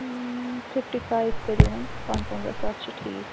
fifty five کٔرِو وۅنۍ پانٛژوَنٛزاہ ساس چھُ ٹھیٖک